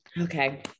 Okay